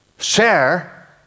Share